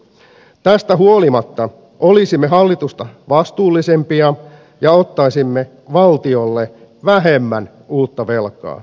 tästä huolimatta olisimme hallitusta vastuullisempia ja ottaisimme valtiolle vähemmän uutta velkaa